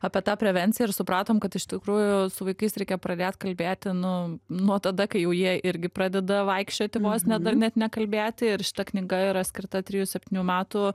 apie tą prevenciją ir supratom kad iš tikrųjų su vaikais reikia pradėt kalbėti nu nuo tada kai jau jie irgi pradeda vaikščioti vos ne net nekalbėti ir šita knyga yra skirta trijų septynių metų